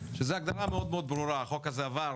שזו הגדרה מאוד מאוד ברורה, החוק הזה עבר